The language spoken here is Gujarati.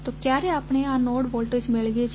તો ક્યારે આપણે આ નોડ વોલ્ટેજ મેળવીએ છીએ